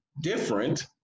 different